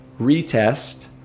retest